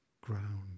ground